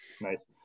Nice